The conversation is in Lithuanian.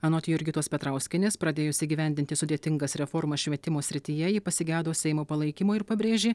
anot jurgitos petrauskienės pradėjusi įgyvendinti sudėtingas reformas švietimo srityje ji pasigedo seimo palaikymo ir pabrėžė